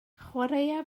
chwaraea